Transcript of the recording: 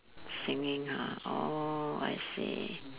swimming ah oh I see